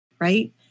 Right